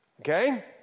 Okay